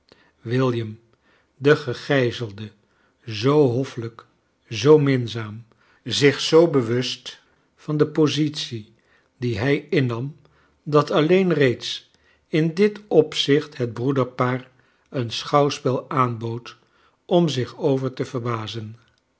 william de gegijzelde zoo hoffelrjk zoo minzaam zich zoo bewust van de positie die hij innam dat alleen reeds in dit opzicht het broederpaar een schouwspel aanbood om zich over te verbazen